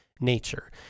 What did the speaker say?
nature